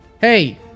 Hey